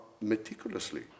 meticulously